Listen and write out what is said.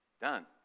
done